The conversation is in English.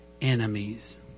enemies